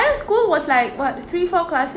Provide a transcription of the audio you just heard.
~re school was like what three four classr~